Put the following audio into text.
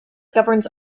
governs